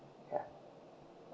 ya